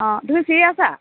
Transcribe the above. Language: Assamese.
অঁ তুমি ফ্ৰী আছা